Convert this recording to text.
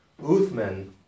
Uthman